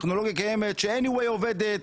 הטכנולוגיה קיימת ובכל מקרה היא עובדת.